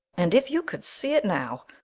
and if you could see it now!